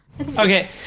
Okay